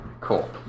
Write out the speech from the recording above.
cool